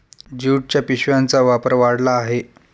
ज्यूटच्या पिशव्यांचा वापर वाढला आहे